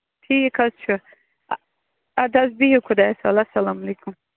ٹھیٖک حظ چھُ اَ اَدٕ حظ بِہو خۄدایَس تعالا اسلامُ علیکُم